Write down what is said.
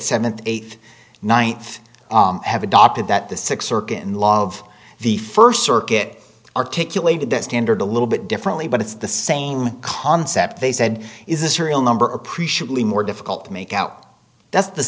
seventh eighth ninth have adopted that the six circuit in law of the first circuit articulated that standard a little bit differently but it's the same concept they said is a serial number appreciably more difficult to make out that's the